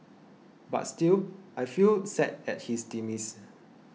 but still I feel sad at his demise